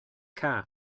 cae